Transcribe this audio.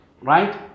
Right